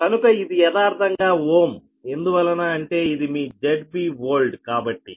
కనుక ఇది యదార్థంగా ఓమ్ ఎందువలన అంటే ఇది మీ ZB oldకాబట్టి